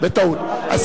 בטעות איומה.